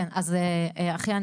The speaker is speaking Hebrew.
אז אחיה,